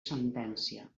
sentència